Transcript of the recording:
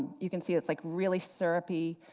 you can see it's like really syrupy,